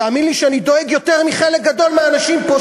תאמין לי שאני דואג יותר מחלק גדול מהאנשים פה,